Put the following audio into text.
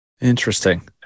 Interesting